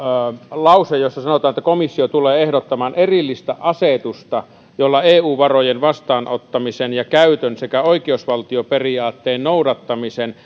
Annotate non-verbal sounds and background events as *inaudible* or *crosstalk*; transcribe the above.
lause jossa sanotaan että komissio tulee ehdottamaan erillistä asetusta jolla eu varojen vastaanottamisen ja käytön sekä oikeusvaltioperiaatteen noudattamisen *unintelligible*